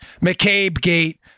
McCabe-gate